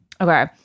Okay